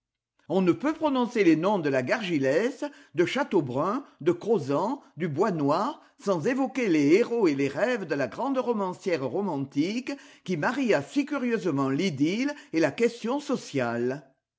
on ne peut prononcer les noms de la gargilesse de châteaubrun de crozant du boisnoir sans évoquer les héros et les rêves de la grande romancière romantique qui maria si curieusement l'idylle et la question sociale